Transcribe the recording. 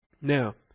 Now